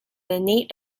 innate